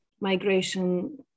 migration